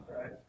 Right